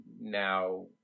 now